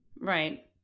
Right